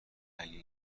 اگه